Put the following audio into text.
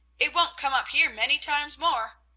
it won't come up here many times more.